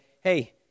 hey